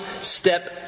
step